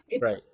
Right